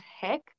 heck